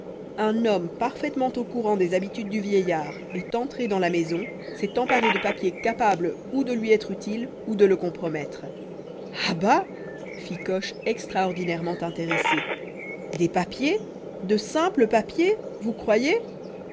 un homme parfaitement au courant des habitudes du vieillard est entré dans la maison s'est emparé de papiers capables ou de lui être utiles ou de le compromettre ah bah fit coche extraordinairement intéressé des papiers de simples papiers vous croyez